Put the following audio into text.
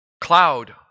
cloud